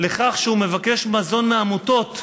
כך שהוא מבקש מזון מעמותות,